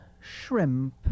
shrimp